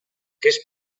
aquest